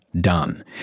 Done